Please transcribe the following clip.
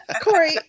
Corey